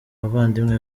bavandimwe